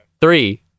Three